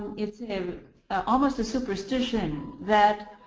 it's a um and almost a superstition that